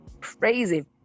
crazy